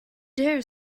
dare